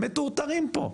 מטורטרים פה.